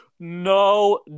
No